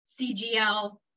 CGL